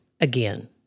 again